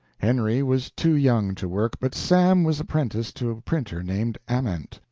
henry was too young to work, but sam was apprenticed to a printer named ament,